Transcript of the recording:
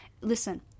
Listen